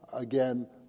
again